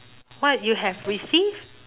what you have received